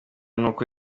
nuko